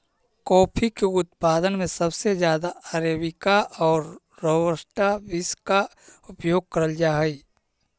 coffee के उत्पादन में सबसे ज्यादा अरेबिका और रॉबस्टा बींस का उपयोग करल जा हई